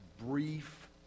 brief